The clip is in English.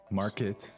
market